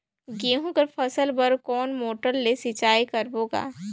गहूं कर फसल बर कोन मोटर ले सिंचाई करबो गा?